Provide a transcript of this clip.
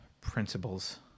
principles